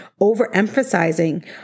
overemphasizing